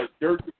dirt